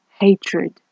Hatred